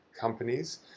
companies